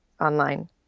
online